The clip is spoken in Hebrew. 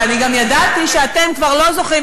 ואני גם ידעתי שאתם כבר לא זוכרים,